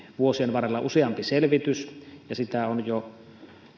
vuosien varrella useampi selvitys ja jo